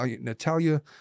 Natalia